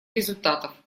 результатов